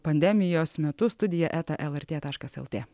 pandemijos metu studija eta lrt taškas lt